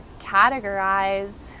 categorize